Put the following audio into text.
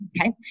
okay